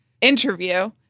interview